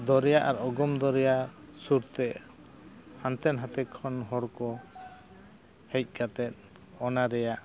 ᱫᱚᱨᱭᱟ ᱟᱨ ᱚᱜᱚᱢ ᱫᱚᱨᱭᱟ ᱥᱩᱨᱛᱮ ᱦᱟᱱᱛᱮᱱ ᱱᱟᱛᱮ ᱠᱷᱚᱱ ᱦᱚᱲ ᱠᱚ ᱦᱮᱡ ᱠᱟᱛᱮᱫ ᱚᱱᱟ ᱨᱮᱱᱟᱜ